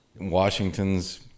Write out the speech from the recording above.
Washington's